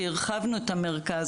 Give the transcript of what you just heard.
כי הרחבנו את המרכז,